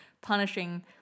punishing